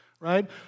right